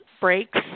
breaks